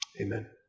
Amen